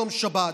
יום שבת,